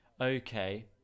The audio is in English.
okay